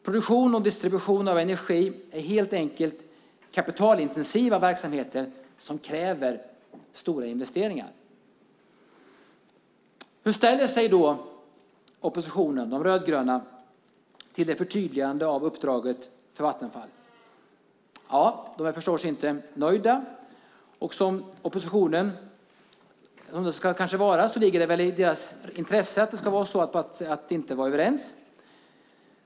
Produktion och distribution av energi är helt enkelt kapitalintensiva verksamheter som kräver stora investeringar. Hur ställer sig då oppositionen, De rödgröna, till förtydligandet av uppdraget till Vattenfall? Ja, de är förstås inte nöjda. Som det kanske ska vara ligger det väl i oppositionens intresse att inte vara överens.